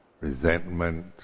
resentment